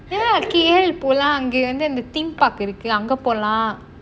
K_L போலாம் அங்க வந்து:polaam anga vanthu theme park இருக்கு அங்க போலாம்:irukku anga polaam